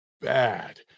bad